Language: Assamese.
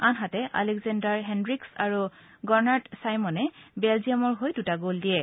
আনহাতে আলেকজেঞ্জাৰ হেদ্ৰিকছ আৰু গনাৰ্ড ছাইমনে বেলজিয়ামৰ হৈ দুটা গ'ল দিয়ে